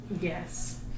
Yes